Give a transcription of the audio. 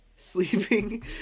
Sleeping